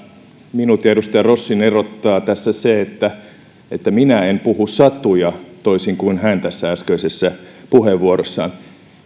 minut ja edustaja rossin erottaa tässä se että että minä en puhu satuja toisin kuin hän äskeisessä puheenvuorossaan